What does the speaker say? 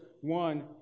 one